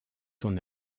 son